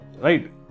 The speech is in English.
right